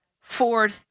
Ford